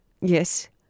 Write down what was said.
yes